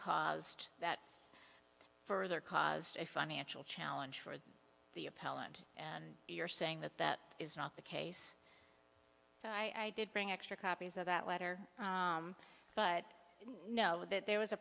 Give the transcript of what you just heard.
caused that further caused a financial challenge for the appellant and you're saying that that is not the case so i did bring extra copies of that letter but i know that there was a